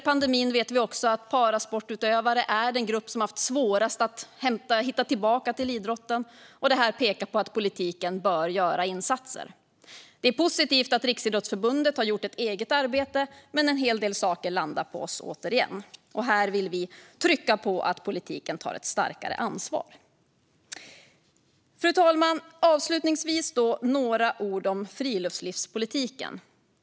Vi vet att parasportutövare är den grupp som efter pandemin har haft svårast att hitta tillbaka till idrotten, och detta pekar på att politiken bör göra insatser. Det är positivt att Riksidrottsförbundet har gjort ett eget arbete, men en hel del saker landar återigen hos oss. Här vill vi trycka på att politiken tar ett större ansvar. Fru talman! Jag ska avslutningsvis säga några ord om friluftslivspolitiken.